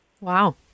Wow